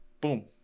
Boom